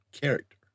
Character